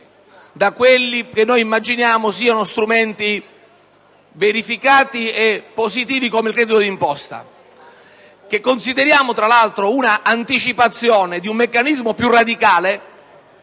di quelli che immaginiamo siano strumenti verificati e positivi, come il credito d'imposta, strumento che consideriamo tra l'altro quale anticipazione di un meccanismo più radicale,